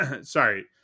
Sorry